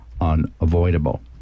unavoidable